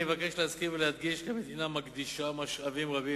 אני מבקש להזכיר ולהדגיש כי המדינה מקדישה משאבים רבים,